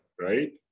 right